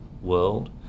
world